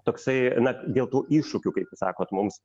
toksai na dėl tų iššūkių kaip sakot mums